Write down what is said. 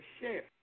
share